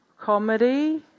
comedy